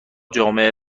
جامعه